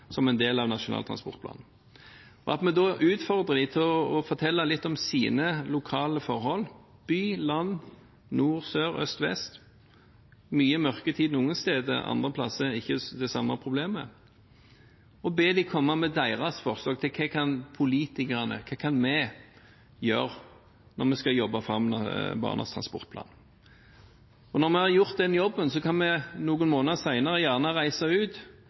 til å fortelle litt om sine lokale forhold – by, land, nord, sør, øst, vest; det er mye mørketid noen steder, andre plasser har ikke det samme problemet – og be dem komme med sine forslag til hva vi politikere kan gjøre når vi skal jobbe fram Barnas transportplan. Når vi har gjort den jobben, kan vi noen måneder senere reise ut,